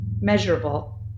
measurable